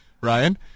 Ryan